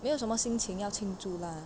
没有什么心情要庆祝啦